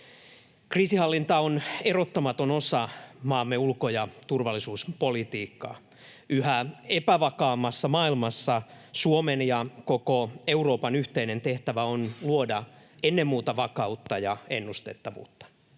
Kriisinhallinta on erottamaton osa maamme ulko- ja turvallisuuspolitiikkaa. Yhä epävakaammassa maailmassa Suomen ja koko Euroopan yhteinen tehtävä on luoda ennen muuta vakautta ja ennustettavuutta,